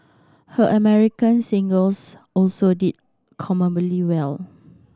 her American singles also did commendably well